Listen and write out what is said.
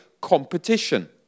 competition